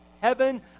heaven